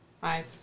Five